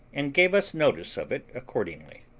and gave us notice of it accordingly.